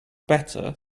better